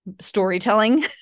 storytelling